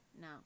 No